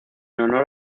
honor